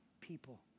people